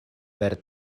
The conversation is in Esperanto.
per